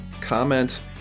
comment